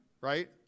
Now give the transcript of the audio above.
Right